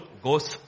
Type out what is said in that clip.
goes